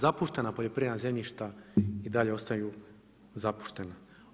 Zapuštena poljoprivredna zemljišta i dalje ostaju zapuštena.